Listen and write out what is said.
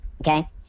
Okay